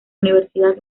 universidad